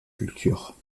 culture